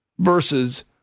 Versus